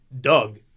Doug